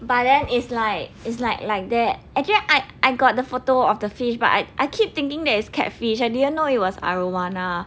but then is like is like like that actually I I got the photo of the fish but I keep thinking that's catfish I didn't know it was arowana